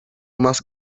más